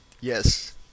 Yes